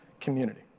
community